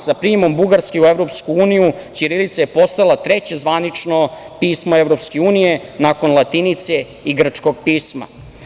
Sa prijemom Bugarske u EU ćirilica je postala treće zvanično pismo EU, nakon latinice i grčkog pisma.